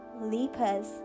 leapers